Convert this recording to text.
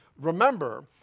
Remember